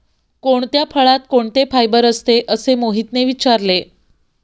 कोणत्या फळात कोणते फायबर असते? असे मोहितने विचारले